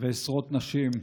ועשרות נשים.